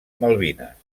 malvines